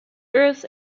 earth